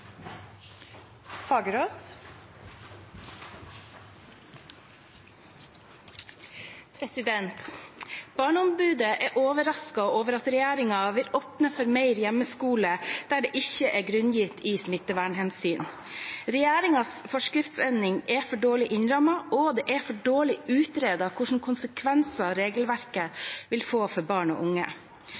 oppsatte spørsmålslisten. «Barneombudet er «overrasket over at regjeringen har valgt å åpne for hjemmeskole der det ikke er begrunnet i smittevernhensyn». Regjeringens forskriftsendring er for dårlig innrammet, og det er for dårlig utredet hvilke konsekvenser regelverket vil få for barn og unge.